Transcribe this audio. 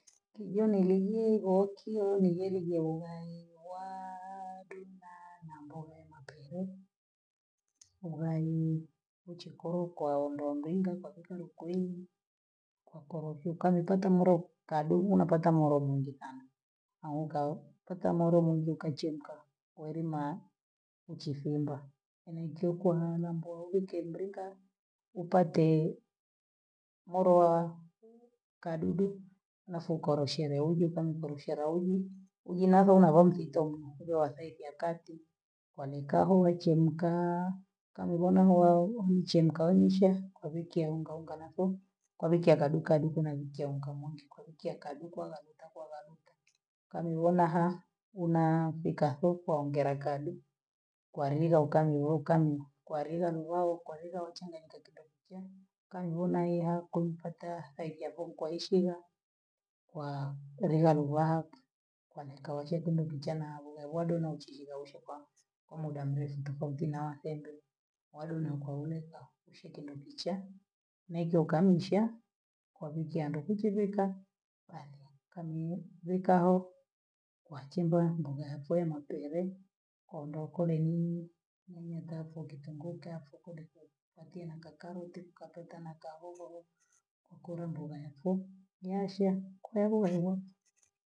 Kigwa niligie waakyo nilieligana naye waa denna na mbogana tena ughaiyi uchikolo kwa wendo wa mlimbe kwa kwake ndo kwenyu, kwa korofi kalo upate moro kabei, unapata moro mwingi sana, naunga ho kipata moro mwingi ukachemka welima uchifimba, na inkiwa kwa wale ambao wikemlinga upatee moroo, kadudu nasokoro shere udhu uji navona waujitong nafunzo wasaipia kati, kwalekavyo wachemkaa kama uliona mahoru nichemka wencha kwabhikia unga unga nakiyo, kwa wiki akaduka duku na mkiya unga mwingi kwa wiki akadukwa analeta hapa amaluta, kani wena haa unaafika huku waongela kaduu, kwa lile ukamiu ukami, kwa lila mlao, kwa lila mchanganyika kindokichaa, kani we naye hakumpataa haliakuwa mkwaheshima, kwa lila luvaha kwanekao che kundokichaa na aulile wadona chihiva ishekwaa kwa muda mrefu tofauti na asembe wa dona kwaunepa hushi kindokichaa, na ikiwa kanu chaa kwa viki hando vikivika basi kamiye vikaho, wachimbua mboga ya vyee na telee, kondoo kule nini nyanya tafu kitunguu tafu kuleku nipatie na kakaroti, kapata na kahoho kwa kweli mboga yafoo nyasha kuleiwa.